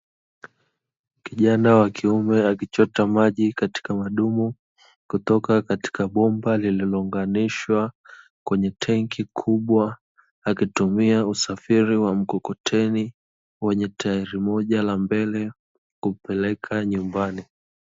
Kijana wa kiume akichota maji katika madumu kutoka katika bomba lililounganishwa kwenye tenki kubwa, akitumia usafiri wa mkokoteni wenye tairi moja la mbele kupeleka nyumbani.